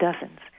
dozens